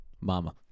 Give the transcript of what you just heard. Mama